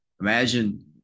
imagine